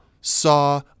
saw